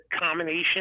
combination